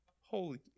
Holy